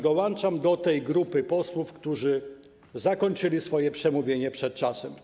Dołączam do grupy posłów, którzy zakończyli swoje przemówienie przed czasem.